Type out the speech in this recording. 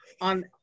on